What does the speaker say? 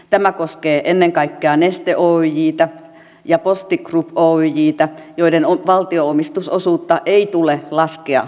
tämä koskee ennen kaikkea neste oyjtä ja posti group oyjtä joiden valtionomistusosuutta ei tule laskea nykyisestä